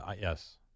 Yes